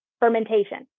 fermentation